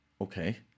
Okay